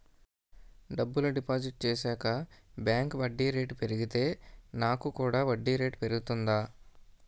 డబ్బులు డిపాజిట్ చేశాక బ్యాంక్ వడ్డీ రేటు పెరిగితే నాకు కూడా వడ్డీ రేటు పెరుగుతుందా?